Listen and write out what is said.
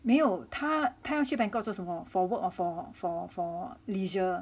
没有他他要去 bangkok 做什么 for work or for for for leisure